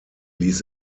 ließ